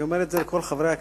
אני אומר את זה לכל חברי הכנסת.